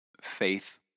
faith